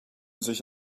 sich